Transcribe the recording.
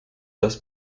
das